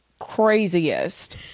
Craziest